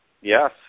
yes